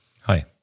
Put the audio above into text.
Hi